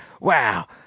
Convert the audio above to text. wow